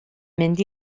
mynd